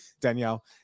Danielle